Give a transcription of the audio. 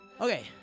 Okay